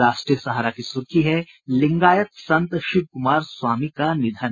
राष्ट्रीय सहारा की सुर्खी है लिंगायत संत शिवकुमार स्वामी का निधन